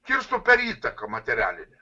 kirstų per įtaką materialinę